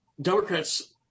Democrats